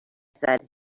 said